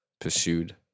pursued